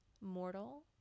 mortal